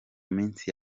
minsi